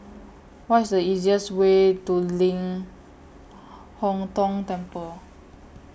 What IS The easiest Way to Ling Hong Tong Temple